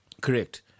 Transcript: Correct